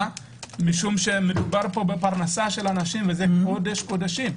כי מדובר בפרנסה של אנשים וזה קודש-קודשים.